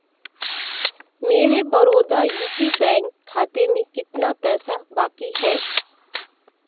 मेरे Baroda U P bank खाते में कितना पैसा बाकी है